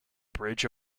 bridge